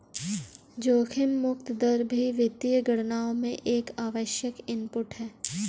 जोखिम मुक्त दर भी वित्तीय गणनाओं में एक आवश्यक इनपुट है